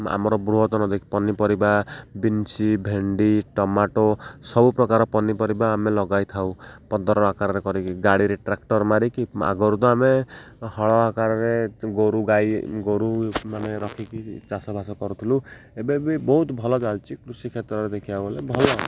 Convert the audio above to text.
ଆମର ପନିପରିବା ବିନ୍ସ ଭେଣ୍ଡି ଟମାଟୋ ସବୁ ପ୍ରକାର ପନିପରିବା ଆମେ ଲଗାଇ ଥାଉ ପତରର ଆକାରରେ କରିକି ଗାଡ଼ିରେ ଟ୍ରାକ୍ଟର୍ ମାରିକି ଆଗରୁ ତ ଆମେ ହଳ ଆକାରରେ ଗୋରୁ ଗାଈ ଗୋରୁ ମାନେ ରଖିକି ଚାଷବାସ କରୁଥିଲୁ ଏବେ ବି ବହୁତ ଭଲ ଚାଲିଛି କୃଷି କ୍ଷେତ୍ରରେ ଦେଖିବାକୁ ଗଲେ ଭଲ